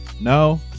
No